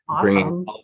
bringing